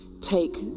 Take